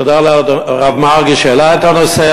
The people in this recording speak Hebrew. תודה לרב מרגי שהעלה את הנושא.